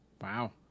Wow